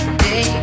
day